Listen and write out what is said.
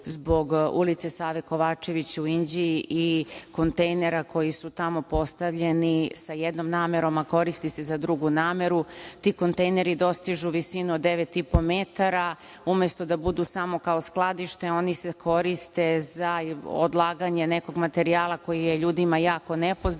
zbog ulice Save Kovačevića u Inđiji i kontejnera koji su tamo postavljeni sa jednom namerom, a koriste se za drugu nameru. Ti kontejneri dostižu visinu od devet i po metara. Umesto da budu samo kao skladište, oni se koriste za odlaganje nekog materijala koji je ljudima jako nepoznat